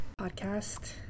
podcast